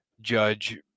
judge